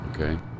Okay